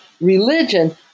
religion